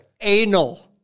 Anal